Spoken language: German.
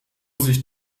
sich